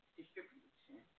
distribution